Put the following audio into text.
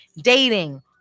dating